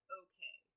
okay